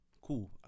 cool